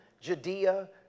Judea